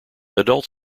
adult